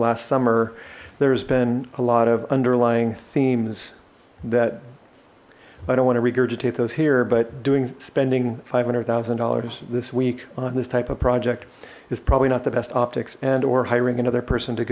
last summer there's been a lot of underlying themes that i don't want to regurgitate those here but doing spending five hundred thousand dollars this week on this type of project is probably not the best optics and or hiring another person to